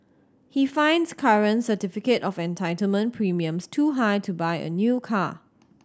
he finds current certificate of entitlement premiums too high to buy a new car